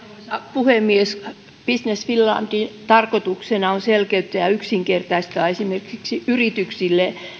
puhemies business finlandin tarkoituksena on selkeyttää ja yksinkertaistaa esimerkiksi näitä yrityksille